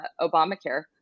Obamacare